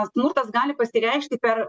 smurtas gali pasireikšti per